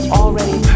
already